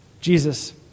Jesus